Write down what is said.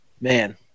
man